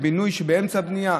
במה אני אקצץ, בבינוי, שבאמצע בנייה?